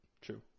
True